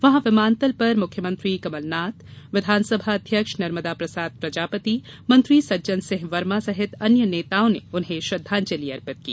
जहां विमानतल पर मुख्यमंत्री कमलनाथ विधानसभा अध्यक्ष नर्मदा प्रसाद प्रजापति मंत्री सज्जन सिंह वर्मा सहित अन्य नेताओं ने उन्हें श्रद्धांजलि अर्पित की